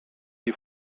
die